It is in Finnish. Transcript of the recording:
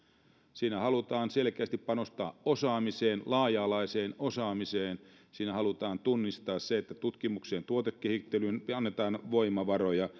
siinä halutaan selkeästi panostaa osaamiseen laaja alaiseen osaamiseen siinä halutaan tunnistaa se että tutkimukseen ja tuotekehittelyyn annetaan voimavaroja